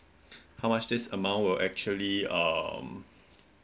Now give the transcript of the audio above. how much this amount would actually um